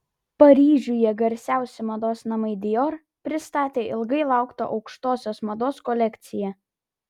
paryžiuje garsiausi mados namai dior pristatė ilgai lauktą aukštosios mados kolekciją